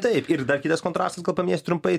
taip ir dar kitas kontrastas gal paminėsiu trumpai